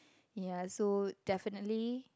ya so definitely